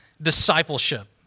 discipleship